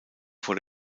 vor